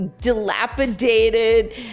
dilapidated